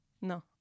No